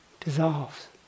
Dissolves